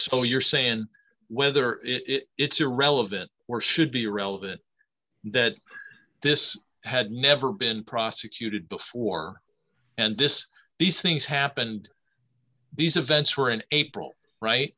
what you're saying whether it's irrelevant or should be irrelevant that this had never been prosecuted before and this these things happened these events were an april right